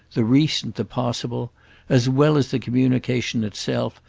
the recent, the possible as well as the communication itself,